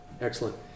excellent